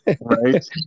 right